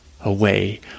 Away